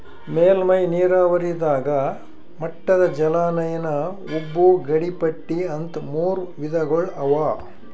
ಮೇಲ್ಮೈ ನೀರಾವರಿದಾಗ ಮಟ್ಟದ ಜಲಾನಯನ ಉಬ್ಬು ಗಡಿಪಟ್ಟಿ ಅಂತ್ ಮೂರ್ ವಿಧಗೊಳ್ ಅವಾ